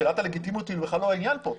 שאלת הלגיטימיות היא בכלל לא העניין כאן.